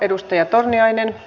arvoisa rouva puhemies